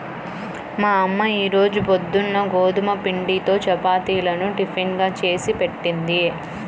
మా అమ్మ ఈ రోజు పొద్దున్న గోధుమ పిండితో చపాతీలను టిఫిన్ గా చేసిపెట్టింది